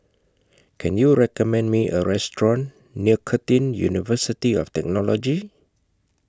Can YOU recommend Me A Restaurant near Curtin University of Technology